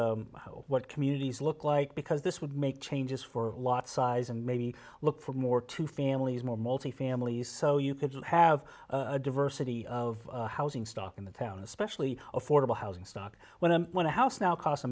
what communities look like because this would make changes for a lot size and maybe look for more to families more multi families so you could have a diversity of housing stock in the town especially affordable housing stock when i went to house now cost a